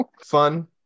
Fun